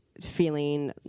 feeling